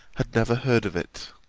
had never heard of it.